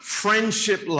friendship